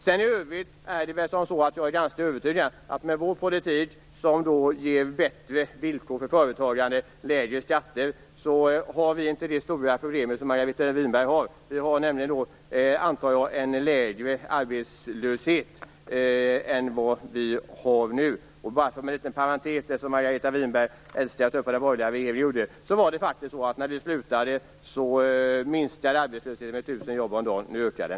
I övrigt är jag övertygad om att man med vår politik som ger bättre villkor för företagare och lägre skatter inte får det stora problem som Margareta Winberg har. Vi får då en lägre arbetslöshet än den som vi har nu. I slutet av vår regeringsperiod minskade arbetslösheten med 1 000 jobb om dagen, nu ökar den.